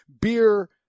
beer